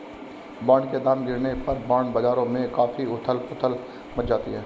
bond के दाम गिरने पर बॉन्ड बाजार में काफी उथल पुथल मच जाती है